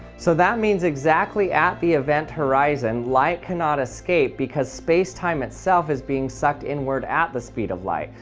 so that means exactly at the event horizon light cannot escape because space-time itself is being sucked inward at the speed of light,